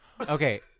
Okay